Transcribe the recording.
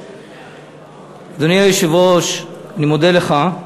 אדוני היושב-ראש, אני מודה לך.